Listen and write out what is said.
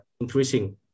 increasing